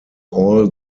all